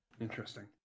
Interesting